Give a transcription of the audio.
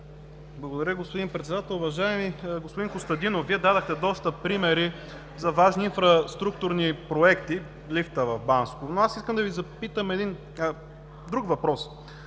Благодаря, господин Председател. Уважаеми господин Костадинов, Вие дадохте доста примери за важни инфраструктурни проекти – лифта в Банско. Но искам да Ви задам един друг въпрос